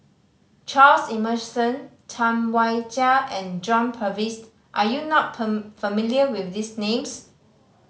Charles Emmerson Tam Wai Jia and John Purvis are you not familiar with these names